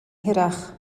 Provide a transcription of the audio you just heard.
hirach